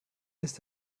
ist